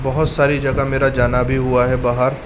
بہت ساری جگہ میرا جانا بھی ہوا ہے باہر